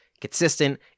consistent